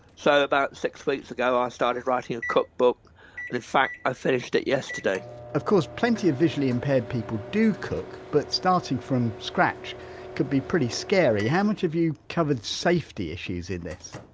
so, about six weeks ago, i started writing a cookbook and in fact i finished it yesterday of course, plenty of visually impaired people do cook but starting from scratch could be pretty scary. how much have you covered safety issues in this?